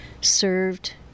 served